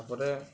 ଗୋଟେ